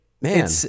man